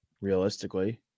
realistically